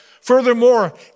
Furthermore